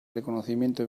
reconocimiento